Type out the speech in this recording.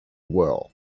well